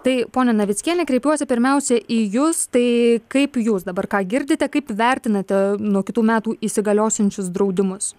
tai ponia navickiene kreipiuosi pirmiausia į jus tai kaip jūs dabar ką girdite kaip vertinate nuo kitų metų įsigaliosiančius draudimus